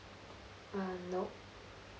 ah nope